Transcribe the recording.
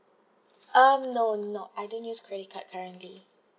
um no no I don't use credit card currently